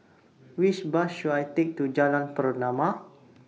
Which Bus should I Take to Jalan Pernama